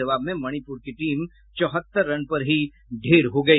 जवाब में मणिपुर की टीम चौहत्तर रन पर ही ढ़ेर हो गई